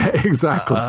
exactly. oh,